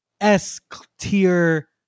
S-tier